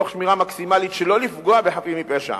תוך שמירה מקסימלית שלא לפגוע בחפים מפשע,